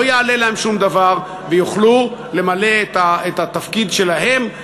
לא יעלה להם שום דבר ויוכלו למלא את התפקיד שלהם,